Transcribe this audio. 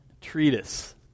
treatise